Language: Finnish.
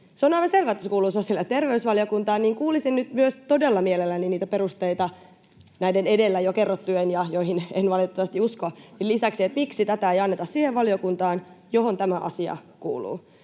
On aivan selvää, että se kuuluu sosiaali- ja terveysvaliokuntaan, niin että kuulisin nyt myös todella mielelläni niitä perusteita näiden edellä jo kerrottujen — joihin en valitettavasti usko — lisäksi siitä, miksi tätä ei anneta siihen valiokuntaan, johon tämä asia kuuluu.